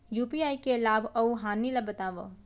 UPI के लाभ अऊ हानि ला बतावव